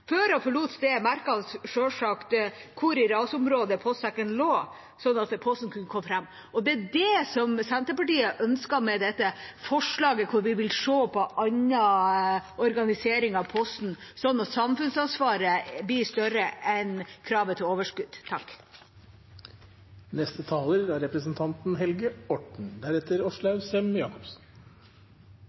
Før postmannen forlot stedet, merket han seg selvsagt hvor i rasområdet postsekken lå, sånn at posten kunne komme fram. Og det er det Senterpartiet ønsker med dette forslaget: Vi vil se på en annen organisering av posten, slik at samfunnsansvaret blir større enn kravet til overskudd. Først av alt vil jeg få lov til å gi litt honnør til representanten